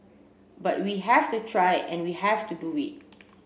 but we have to try and we have to do it